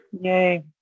Yay